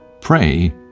Pray